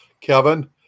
Kevin